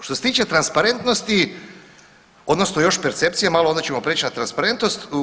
Što se tiče transparentnosti odnosno još percepcije malo, onda ćemo preći na transparentnost.